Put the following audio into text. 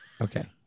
Okay